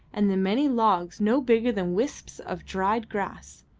and the many logs no bigger than wisps of dried grass.